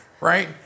right